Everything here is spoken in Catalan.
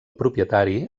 propietari